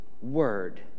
word